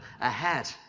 ahead